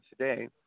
today